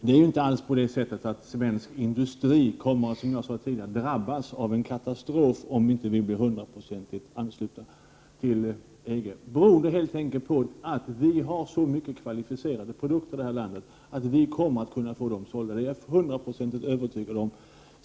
Det är inte alls så att svensk industri kommer att drabbas av en katastrof, om vi inte till 100 o ansluter oss till EG. Vi har helt enkelt så kvalificerade produkter i det här landet att vi kommer att få dem sålda. Det är jag till 100 20 övertygad om.